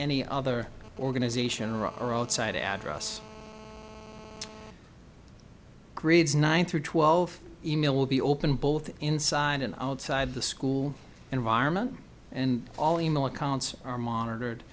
any other organization or outside address grids nine through twelve e mail will be open both inside and outside the school environment and all e mail accounts are monitored